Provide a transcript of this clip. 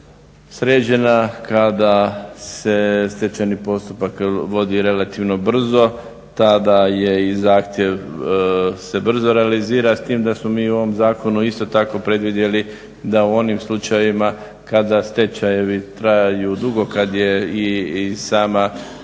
sređena, kada se stečajni postupak vodi relativno brzo tada je i zahtjev se brzo realizira. S time da smo mi u ovom zakonu isto tako predvidjeli da u onim slučajevima kada stečajevi traju dugo, kada je i sam postupak